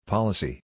Policy